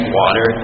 water